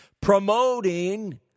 Promoting